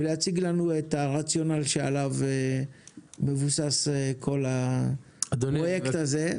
ולהציג לנו את הרציונל שעליו מבוסס כל הפרויקט הזה.